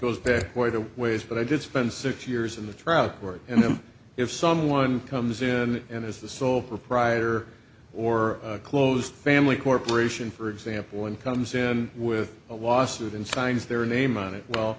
goes back quite a ways but i did spend six years in the trout work and him if someone comes in and is the sole proprietor or close family corporation for example and comes in with a lawsuit and signs their name on it well